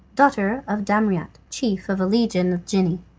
daughter of damriat, chief of a legion of genii.